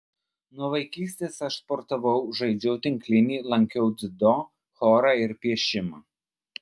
nuo vaikystės aš sportavau žaidžiau tinklinį lankiau dziudo chorą ir piešimą